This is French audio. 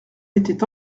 était